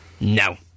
No